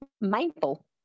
mindful